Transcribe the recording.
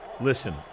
Listen